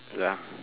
ya